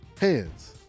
hands